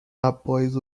após